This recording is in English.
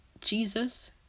Jesus